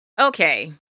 Okay